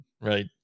right